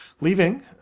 leaving